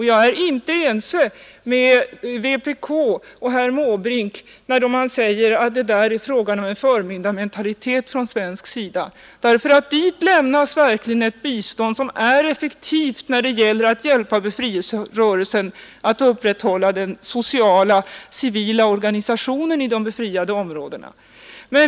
Jag är inte ense med vpk och herr Måbrink, när man säger att det där är frågan om förmyndarmentalitet från svensk sida, Dit lämnas nämligen ett bistånd som är effektivt när det gäller att hjälpa befrielserörelsen att upprätthålla den sociala, civila organisationen i de befriade områdena.